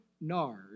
nard